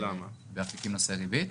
מדובר בהמרות של מזומן להרשאה להתחייב.